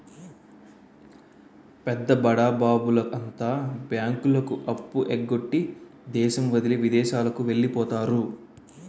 పెద్ద బడాబాబుల అంతా బ్యాంకులకు అప్పు ఎగ్గొట్టి దేశం వదిలి విదేశాలకు వెళ్లిపోతారు